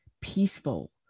peaceful